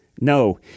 No